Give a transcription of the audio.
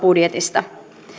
budjetista